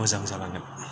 मोजां जालांगोन